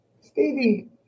Stevie